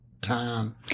time